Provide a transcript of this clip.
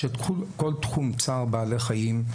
שכל תחום צער בעלי חיים,